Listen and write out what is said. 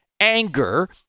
anger